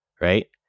right